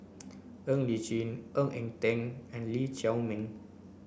Ng Li Chin Ng Eng Teng and Lee Chiaw Meng